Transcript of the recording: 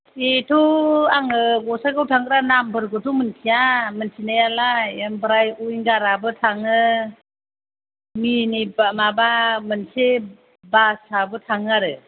बेथ' आङो गसाइगाव थांग्रा नामफोरखौथ' मिन्थिया मिन्थिनायालाय ओमफ्राय उइंगाराबो थाङो मिनिटबा माबा मोनसे बासआबो थाङो आरो